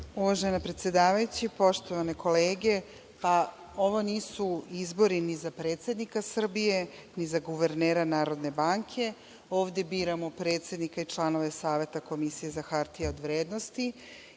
Hvala. Uvažena predsedavajuća, poštovane kolege, ovo nisu izbori ni za predsednika Srbije, ni za guvernera NBS. Ovde biramo predsednika i članove Saveta Komisije za hartije od vrednosti.